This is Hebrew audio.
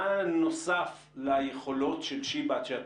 פרופסור מרין,